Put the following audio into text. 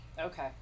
Okay